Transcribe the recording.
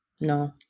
No